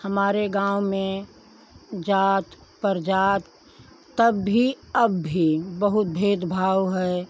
हमारे गाँव में जात परजात तब भी अब भी बहुत भेदभाव है